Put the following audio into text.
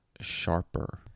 sharper